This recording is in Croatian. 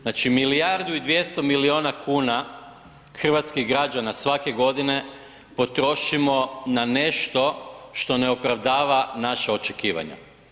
Znači milijardu i 200 milijuna kuna hrvatskih građana svake godine potrošimo na nešto što ne opravdava naša očekivanja.